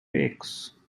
wakes